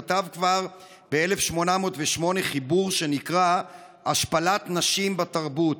כתב כבר ב-1808 חיבור שנקרא "השפלת נשים בתרבות".